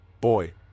boy